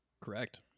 correct